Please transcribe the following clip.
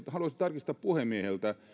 haluaisin tarkistaa puhemieheltä